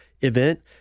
event